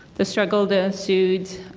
the struggle that ensued